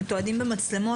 הם מתועדים במצלמות,